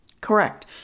correct